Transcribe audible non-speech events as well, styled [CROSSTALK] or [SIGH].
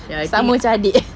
sama macam adik [COUGHS]